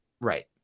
Right